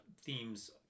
themes